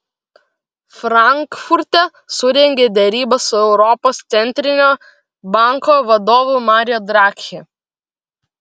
frankfurte surengė derybas su europos centrinio banko vadovu mario draghi